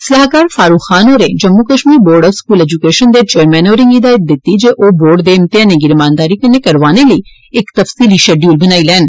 सलाहकार फारूक खान होरें Jammu Kashmir board of school education दे चेयरमैन होरें हिदायत कीती गेई ऐ जे ओ बोर्ड दे म्तेहानें गी रमानदारी कन्नै करोआने लेई इक तफसीली शैडयूल बनाई लैन